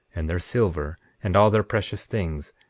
and their silver, and all their precious things,